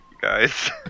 guys